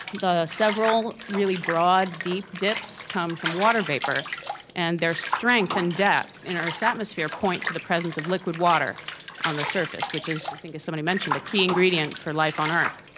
the several really broad deep dips come from water vapour and their strength and depth in earth's atmosphere point to the presence of liquid water on the surface, which is, i think as somebody mentioned, a key ingredient for life on earth.